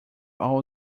all